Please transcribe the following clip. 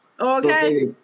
Okay